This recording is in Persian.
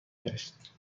گشت